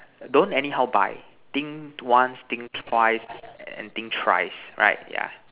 don't anyhow buy think once think twice and think thrice right yeah